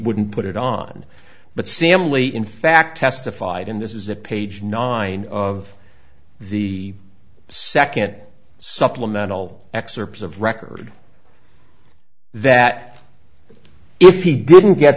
wouldn't put it on but simply in fact testified in this is a page nine of the second supplemental excerpts of record that if he didn't get